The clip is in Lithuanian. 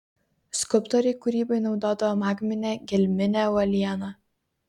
skulptoriai kūrybai naudodavo magminę gelminę uolieną